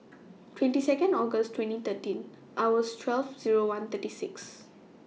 twenty Second August twenty thirteen hours twelve Zero one thirty six